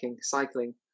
cycling